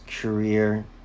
career